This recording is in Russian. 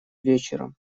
вечером